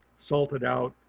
salted out,